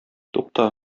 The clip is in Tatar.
тукта